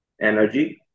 energy